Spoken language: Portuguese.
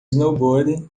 snowboarder